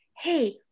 Hey